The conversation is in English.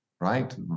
right